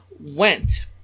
went